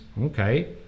okay